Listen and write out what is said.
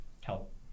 help